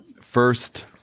first